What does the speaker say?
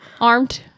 armed